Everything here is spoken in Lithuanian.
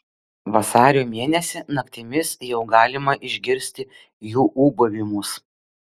vasario mėnesį naktimis jau galima išgirsti jų ūbavimus